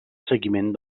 seguiment